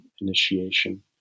initiation